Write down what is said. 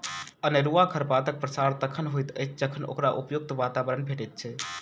अनेरूआ खरपातक प्रसार तखन होइत अछि जखन ओकरा उपयुक्त वातावरण भेटैत छै